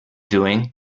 doing